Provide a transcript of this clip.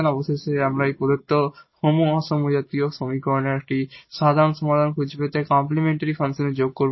এবং অবশেষে আমরা প্রদত্ত নন হোমোজিনিয়াস সমীকরণের একটি সাধারণ সমাধান খুঁজে পেতে কমপ্লিমেন্টরি ফাংশনে যোগ করব